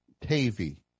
Tavy